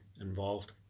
involved